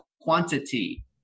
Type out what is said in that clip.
quantity